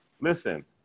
Listen